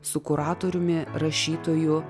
su kuratoriumi rašytoju